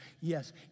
yes